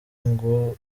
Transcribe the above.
ngo